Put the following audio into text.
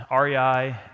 REI